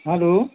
hello